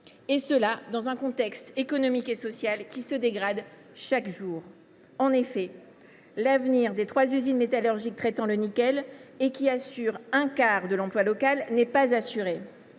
et ce dans un contexte économique et social qui se dégrade chaque jour. L’avenir des trois usines métallurgiques traitant le nickel, qui fournissent un quart de l’emploi local, n’est en effet pas assuré.